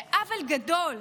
זה עוול גדול.